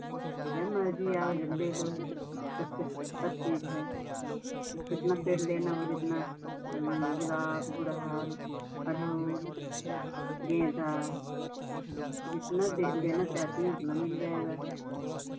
जब मर्जी आओ जब ले लो तब तक सब चीज है ई कितना पेड़ लेना हो जितना गुलाब गुड़हल अरहुल गेंदा जितना दे लेना चाहते हो उतना मिल जाएगा